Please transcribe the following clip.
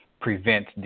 prevent